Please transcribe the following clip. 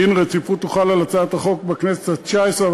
דין רציפות הוחל על הצעת החוק בכנסת התשע-עשרה,